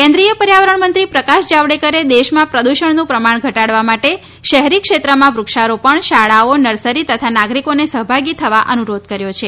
કેન્દ્રીય પર્યાવરણ મંત્રી પ્રકાશ જાવડેકરે દેશમાં પ્રદૂષણનું પ્રમાણ ઘટાડવા માટે શહેરી ક્ષેત્રમાં વૃક્ષારોપણ શાળાઓ નર્સરી તથા નાગરિકોને સહભાગી થવા અનુરોધ કર્યો છે